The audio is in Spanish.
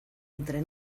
entre